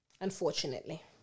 Unfortunately